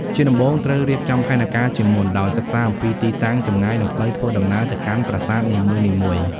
ជាដំបូងត្រូវរៀបចំផែនការជាមុន ដោយសិក្សាអំពីទីតាំង ចម្ងាយ និងផ្លូវធ្វើដំណើរទៅកាន់ប្រាសាទនីមួយៗ។